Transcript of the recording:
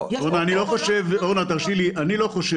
אורנה, אני לא מאמין